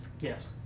Yes